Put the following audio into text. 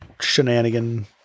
shenanigan